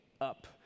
up